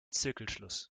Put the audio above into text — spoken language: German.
zirkelschluss